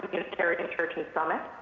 unitarian church in summit.